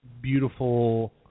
beautiful